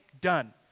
done